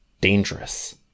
Dangerous